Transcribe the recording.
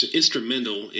instrumental